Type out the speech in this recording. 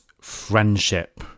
friendship